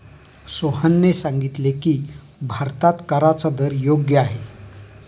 सोहनने सांगितले की, भारतात कराचा दर योग्य आहे